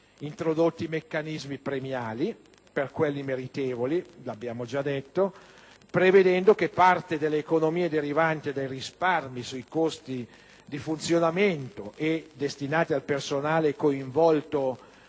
introdotti meccanismi premiali per quelli meritevoli - lo abbiamo già detto -, prevedendo che parte delle economie derivanti dai risparmi sui costi di funzionamento e destinati al personale coinvolto